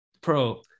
Pro